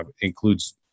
includes